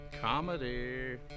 Comedy